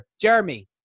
jeremy